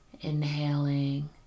Inhaling